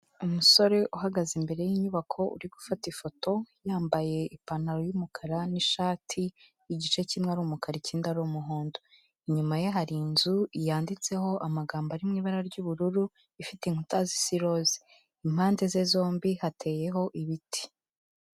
Umusore uhagaze imbere y'inyubako uri gufata ifoto, yambaye ipantaro y'umukara n'ishati igice kimwe ari umukara ikindi ari umuhondo. Inyuma ye hari inzu yanditseho amagambo ari mu ibara ry'ubururu, ifite inkuta zisa iroze. Impande ze zombi hateyeho ibiti.